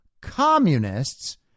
communists